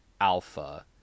alpha